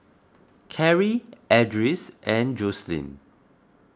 Carrie Edris and Joselyn